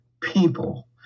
people